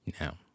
Now